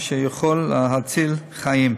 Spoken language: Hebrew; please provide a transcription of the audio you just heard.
אשר יכול להציל חיים.